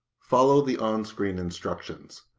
follow the on screen instructions.